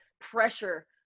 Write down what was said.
pressure